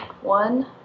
one